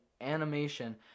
animation